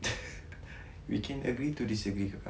we can agree to disagree kakak